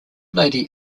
lady